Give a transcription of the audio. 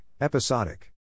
Episodic